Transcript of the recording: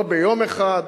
לא ביום אחד,